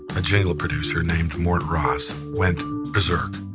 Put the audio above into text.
a jingle producer named mort ross, went berserk.